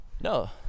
no